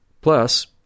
Plus